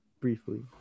briefly